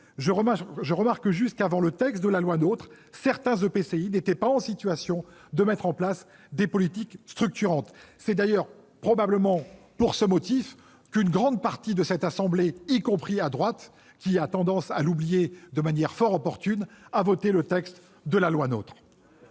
Je remarque juste qu'avant ce texte certains EPCI n'étaient pas en situation de mettre en place des politiques structurantes. C'est d'ailleurs probablement pour ce motif qu'une grande partie de cette assemblée- y compris à droite, bien que les intéressés aient tendance à l'oublier de manière fort opportune -, a voté le texte de la loi NOTRe.